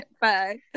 Bye